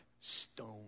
stone